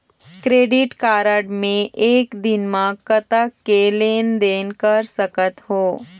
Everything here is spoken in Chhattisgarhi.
क्रेडिट कारड मे एक दिन म कतक के लेन देन कर सकत हो?